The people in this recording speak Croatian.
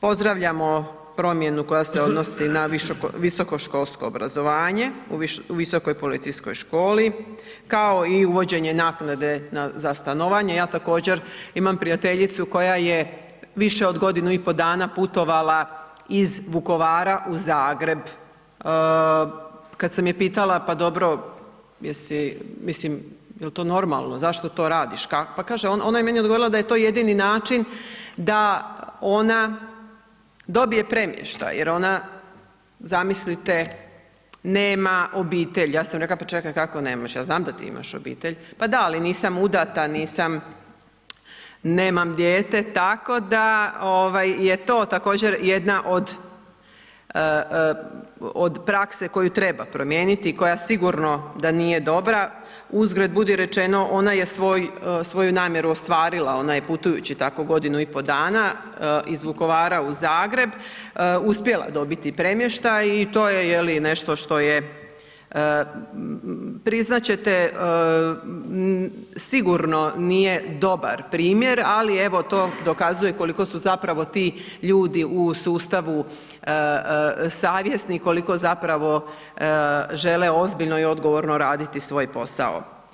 Pozdravljamo promjenu koja se odnosi na visokoškolsko obrazovanje u Visokoj policijskoj školi kao i uvođenje naknade za stanovanje, ja također imam prijateljicu koja je više od godinu i pol dana putovala iz Vukovara u Zagreb. kad sam je pitala pa dobro, jel' to normalno, zašto to radiš, ona je meni odgovorila da je to jedini način da ona dobije premještaj jer ona zamislite, nema obitelj, ja sam rekla pa čekaj kako nemaš, ja znam da ti imaš obitelj, pa da ali nisam udata, nemam dijete, tako da je to također jedna od prakse koju treba promijeniti, koja sigurno da nije dobra, uzgred budi rečeno, ona je svoju namjeru ostvarila, ona je putujući tako godinu i pol dana iz Vukovara u Zagreb uspjela dobiti premještaj i to je je li, nešto što je priznat ćete, sigurno nije dobar primjer ali evo to dokazuje koliko su zapravo ti ljudi u sustavu savjesni, koliko zapravo žele ozbiljno i odgovorno raditi svoj posao.